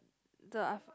the I